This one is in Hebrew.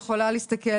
את יכולה להסתכל,